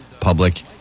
Public